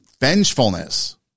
vengefulness